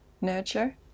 nurture